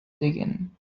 digging